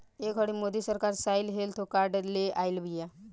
ए घड़ी मोदी सरकार soil health card ले आइल बिया